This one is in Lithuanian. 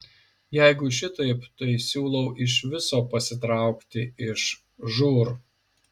jeigu šitaip tai siūlau iš viso pasitraukti iš žūr